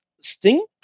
Sting